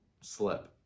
slip